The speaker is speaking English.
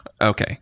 Okay